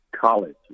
college